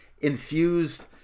infused